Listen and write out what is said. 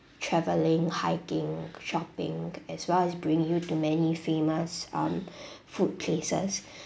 travelling hiking shopping as well as bringing you to many famous um food places